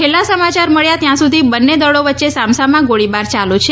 છેલ્લા સમાચાર મળ્યા ત્યાં સુધી બંને દળો વચ્ચે સામસામા ગોળીબાર ચાલુ છે